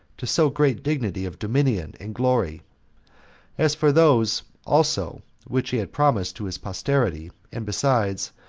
to so great dignity of dominion and glory as for those also which he had promised to his posterity and besides,